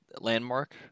landmark